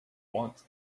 want